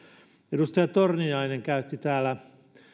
edustaja torniainen käytti täällä